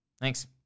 Thanks